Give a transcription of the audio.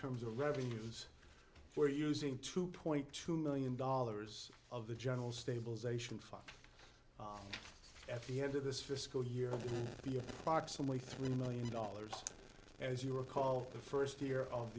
terms of revenues for using two point two million dollars of the general stabilization fund at the end of this fiscal year to be approximately three million dollars as you recall the first year of